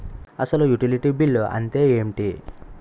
అసలు utility bill అంతే ఎంటి?